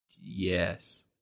Yes